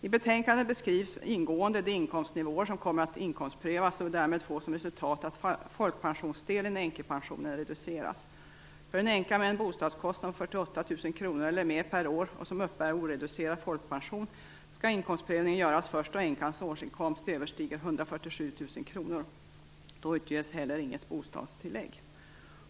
I betänkandet beskrivs ingående de inkomstnivåer som kommer att inkomstprövas och därmed få som resultat att folkpensionsdelen i änkepensionen reduceras. För en änka med en bostadskostnad på 48 000 kr eller mer per år och som uppbär oreducerad folkpension skall inkomstprövning göras först då änkans årsinkomst överstiger 147 000 kr. Då utges heller inget bostadstillägg.